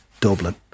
Dublin